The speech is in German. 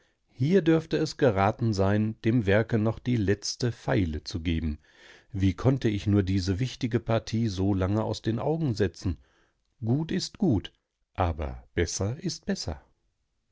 hier dürfte es geraten sein dem werke noch die letzte feile zu geben wie konnte ich nur diese wichtige partie so lange aus den augen setzen gut ist gut aber besser ist besser